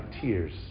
tears